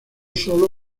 solo